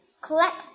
collect